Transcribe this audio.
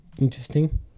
Interesting